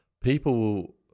people